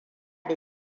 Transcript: da